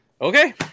Okay